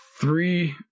Three